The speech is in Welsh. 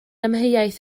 amheuaeth